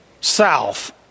south